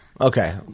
Okay